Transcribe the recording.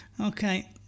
okay